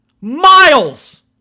Miles